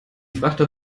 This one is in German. frachter